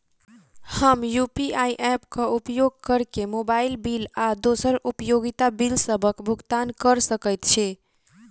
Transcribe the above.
हम UPI app क उपयोग करके मोबाइल बिल आ दोसर उपयोगिता बिलसबक भुगतान कर सकइत छि